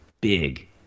big